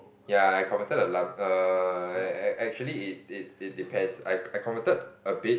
ya I converted a lump err actually it it it depends I I converted a bit